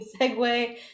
segue